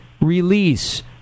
release